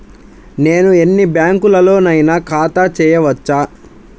నేను ఎన్ని బ్యాంకులలోనైనా ఖాతా చేయవచ్చా?